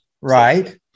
right